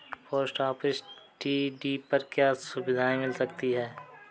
Post office TD पर क्या सुविधाएँ मिल सकती है?